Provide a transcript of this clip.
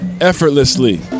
effortlessly